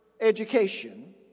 education